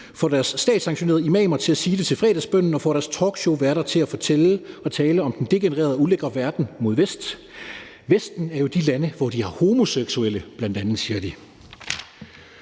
får deres statssanktionerede imamer til at sige det til fredagsbønnen og får deres talkshowværter til at fortælle og tale om den degenererede og ulækre verden mod vest. Vesten er jo de lande, hvor de bl.a. har homoseksuelle, siger de.